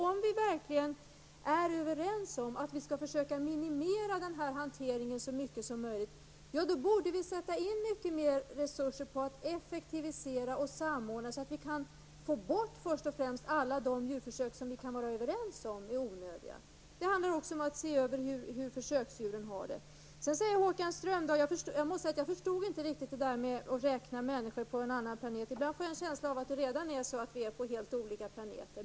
Om vi verkligen är överens om att hanteringen skall minimeras så mycket som möjligt, borde större resurser sättas in på att effektivisera och samordna för att avveckla alla de djurförsök som vi är överens om är onödiga. Det handlar också om att se över hur försöksdjuren har det. Jag förstod inte det som Håkan Strömberg sade om att räkna människor på en annan planet -- ibland får jag en känsla av att vi befinner oss på helt olika planeter.